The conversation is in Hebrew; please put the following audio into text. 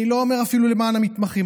אני לא אומר אפילו למען המתמחים,